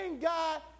God